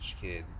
kid